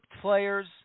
players